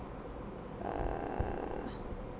err